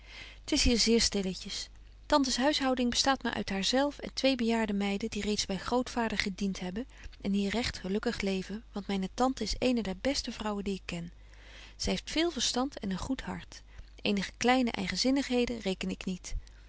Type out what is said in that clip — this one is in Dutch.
t is hier zeer stilletjes tantes huishouding bestaat maar uit haar zelf en twee bejaarde meiden die reeds by grootvader gedient hebben en hier regt gelukkig leven want myne tante is eene der beste vrouwen die ik ken zy heeft veel verstand en een goed hart eenige kleine eigenzinnigheden reken ik niet